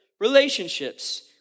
relationships